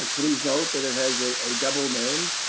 please note that it has a a double name.